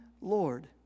Lord